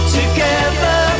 together